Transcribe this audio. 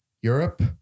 Europe